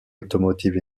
automotive